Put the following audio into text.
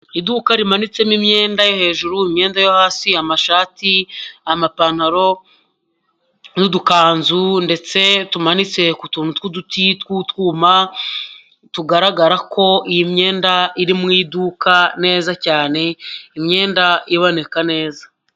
Iduka rimanitsemo imyenda yo hejuru, imyenda yo hasi, amashati, amapantaro n'udukanzu ndetse tumanitse ku tuntu tw'uduti tw'utwuma tugaragara ko iyi myenda iri mu iduka neza cyane, imyenda iboneka neza.